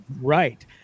Right